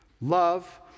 Love